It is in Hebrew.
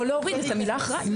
או להוריד את המילה אחראי.